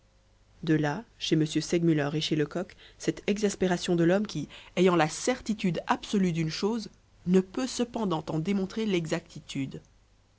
de là chez m segmuller et chez lecoq cette exaspération de l'homme qui ayant la certitude absolue d'une chose ne peut cependant en démontrer l'exactitude